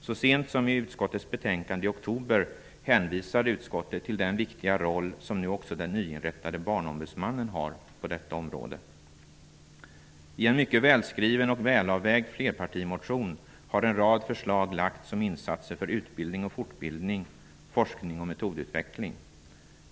Så sent som i sitt betänkande i oktober hänvisade utskottet till den viktiga roll som nu också den nyinrättade barnombudsmannen har på detta område. I en mycket välskriven och välavvägd flerpartimotion har en rad förslag framlagts om insatser för utbildning och fortbildning samt forskning och metodutveckling.